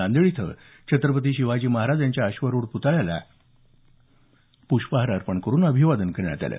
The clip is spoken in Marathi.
नांदेड इथं छत्रपती शिवाजी महाराज यांच्या अश्वरूढ पुतळ्यास पुष्पहार अर्पण करून अभिवादन करण्यात आलं